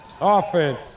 Offense